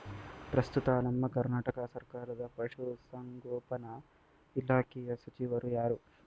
ಪ್ರಸ್ತುತ ನಮ್ಮ ಕರ್ನಾಟಕ ಸರ್ಕಾರದ ಪಶು ಸಂಗೋಪನಾ ಇಲಾಖೆಯ ಸಚಿವರು ಯಾರು?